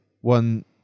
one